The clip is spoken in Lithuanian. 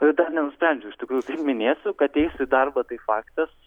tai dar nenusprendžiau iš tikrųjų kaip minėsiu kad eisiu į darbą tai faktas